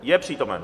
Je přítomen?